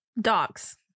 dogs